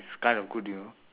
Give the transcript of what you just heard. it's kind of good you know